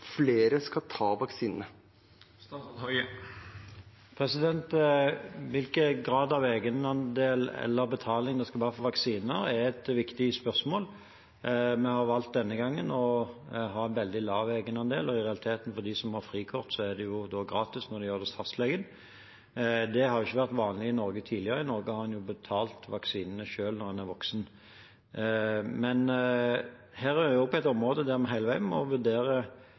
flere skal ta vaksinene? Hvilken grad av egenandel eller betaling det skal være for vaksinene, er et viktig spørsmål. Denne gangen har vi valgt å ha en veldig lav egenandel, og for dem som har frikort, er det i realiteten gratis når de gjør det hos fastlegen. Det har ikke vært vanlig i Norge tidligere. I Norge har en jo betalt vaksinene selv når en er voksen. Her er vi på et område der vi hele veien må vurdere